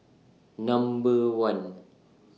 Number one